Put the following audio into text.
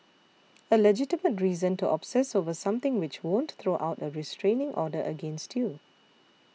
a legitimate reason to obsess over something which won't throw out a restraining order against you